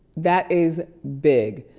that is big.